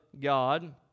God